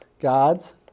God's